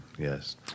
Yes